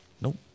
Nope